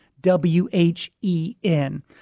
W-H-E-N